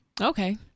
okay